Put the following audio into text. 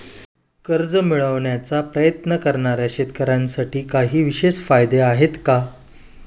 कर्ज मिळवण्याचा प्रयत्न करणाऱ्या शेतकऱ्यांसाठी काही विशेष फायदे आहेत का?